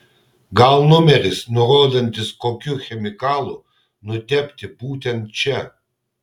gal numeris nurodantis kokiu chemikalu nutepti būtent čia